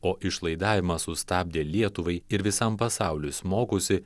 o išlaidavimą sustabdė lietuvai ir visam pasauliui smogusi